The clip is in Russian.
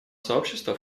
сообщества